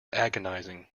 agonizing